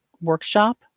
workshop